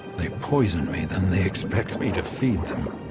they poison me, then they expect me to feed them.